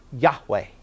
Yahweh